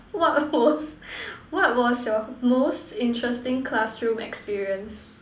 what was what was your most interesting classroom experience